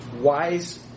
wise